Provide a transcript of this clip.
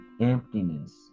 emptiness